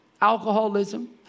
alcoholism